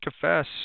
confess